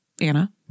Anna